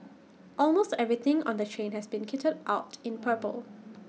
almost everything on the train has been kitted out in purple